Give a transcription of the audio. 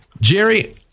Jerry